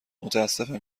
متاسفم